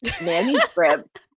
manuscript